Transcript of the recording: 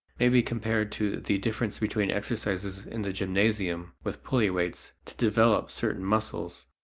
may be compared to the difference between exercises in the gymnasium with pulley weights to develop certain muscles,